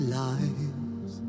lives